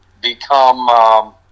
become